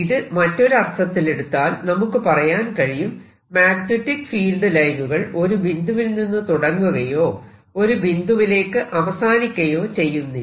ഇത് മറ്റൊരു അർത്ഥത്തിൽ എടുത്താൽ നമുക്ക് പറയാൻ കഴിയും മാഗ്നെറ്റിക് ഫീൽഡ് ലൈനുകൾ ഒരു ബിന്ദുവിൽ നിന്നും തുടങ്ങുകയോ ഒരു ബിന്ദുവിലേക്ക് അവസാനിക്കയോ ചെയ്യുന്നില്ല